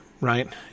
right